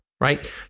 right